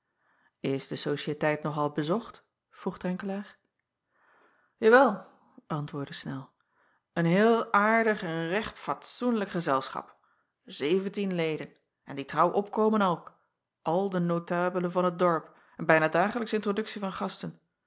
s de ociëteit nog al bezocht vroeg renkelaer awel antwoordde nel een heel aardig en recht acob van ennep laasje evenster delen fatsoenlijk gezelschap zeventien leden en die trouw opkomen ook al de notabelen van het dorp en bijna dagelijks introduktie van gasten